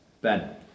Ben